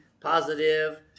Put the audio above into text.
positive